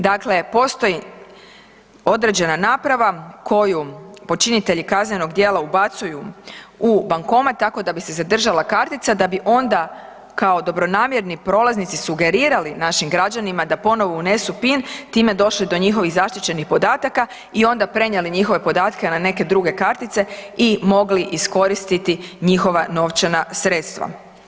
Dakle, postoji određena naprava koju počinitelji kaznenog djela ubacuju u bankomat tako da bi se zadržala kartica da bi onda kao dobronamjerni prolaznici sugerirali našim građanima da ponovo unesu pin, time došli do njihovih zaštićenih podataka i onda prenijeli njihove podatke na neke druge kartice i mogli iskoristiti njihova novčana sredstva.